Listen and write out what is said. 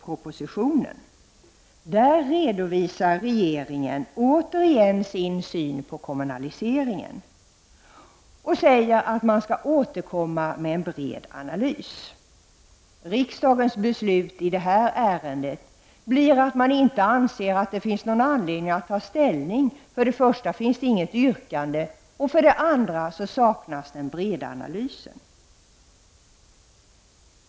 regeringen återigen sin syn på kommunaliseringen och säger att man skall återkomma med en bred analys. Riksdagens beslut i det ärendet blir att man inte anser att det finns någon anledning att ta ställning. För det första finns det inget yrkande och för det andra saknas den breda analysen.